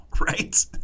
right